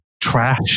trash